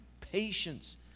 patience